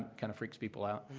kind of freaks people out.